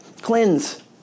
Cleanse